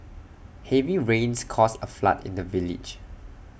heavy rains caused A flood in the village